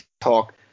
talk